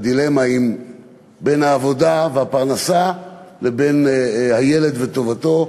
והדילמה היא בין העבודה והפרנסה ובין הילד וטובתו.